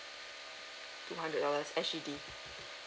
two hundred dollars S_G_D